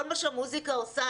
כל מה שהמוסיקה עושה.